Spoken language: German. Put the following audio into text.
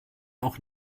auch